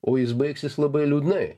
o jis baigsis labai liūdnai